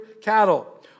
cattle